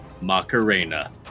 Macarena